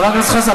חבר הכנסת חזן,